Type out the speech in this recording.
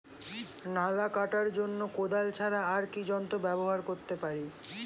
নালা কাটার জন্য কোদাল ছাড়া আর কি যন্ত্র ব্যবহার করতে পারি?